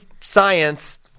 science